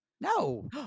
No